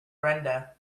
brenda